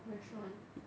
restaurant